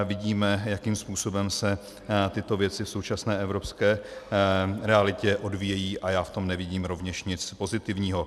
Vidíme, jakým způsobem se tyto věci v současné evropské realitě odvíjejí, a já v tom nevidím rovněž nic pozitivního.